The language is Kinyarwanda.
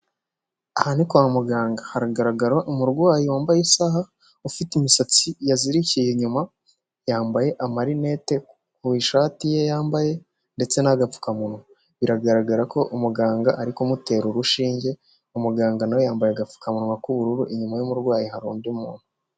Aha ni kwa muganga haragaragara umurwayi wambaye isaha ufite imisatsi yazirikiye inyuma yambaye amarinete ku ishati ye yambaye ndetse n'agapfukamunwa, biragaragara ko umuganga ari kumutera urushinge, umuganga nawe yambaye agapfukamunwa k'ubururu inyuma y'umurwayi hari undi muntu.